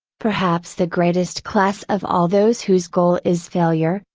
perhaps the greatest class of all those whose goal is failure,